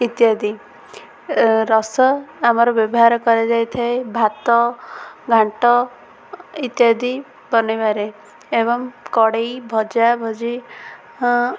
ଇତ୍ୟାଦି ରସ ଆମର ବ୍ୟବହାର କରାଯାଇଥାଏ ଭାତ ଘାଣ୍ଟ ଇତ୍ୟାଦି ବନେଇବାରେ ଏବଂ କଡ଼େଇ ଭଜାଭଜି